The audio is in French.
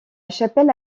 chapelle